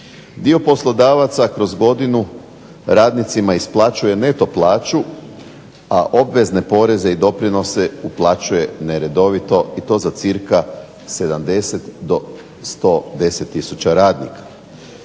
Dio poslodavaca kroz godinu radnicima isplaćuje neto plaću, a obvezne poreze i doprinose uplaćuje neredovito i to za cca 70 do 110 tisuća radnika.